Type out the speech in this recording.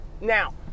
now